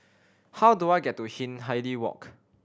how do I get to Hindhede Walk